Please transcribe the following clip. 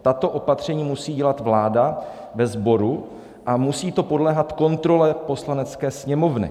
Tato opatření musí dělat vláda ve sboru a musí to podléhat kontrole Poslanecké sněmovny.